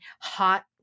hot